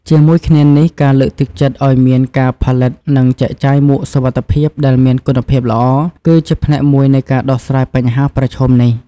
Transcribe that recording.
ជាមួយគ្នានេះ ការលើកទឹកចិត្តឱ្យមានការផលិត និងចែកចាយមួកសុវត្ថិភាពដែលមានគុណភាពល្អ គឺជាផ្នែកមួយនៃការដោះស្រាយបញ្ហាប្រឈមនេះ។